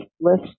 list